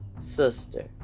sister